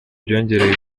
byongereye